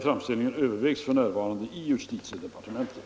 Framställningen övervägs f.n. i justitiedepartementet.